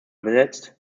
besetzt